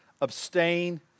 Abstain